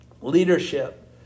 leadership